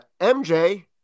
MJ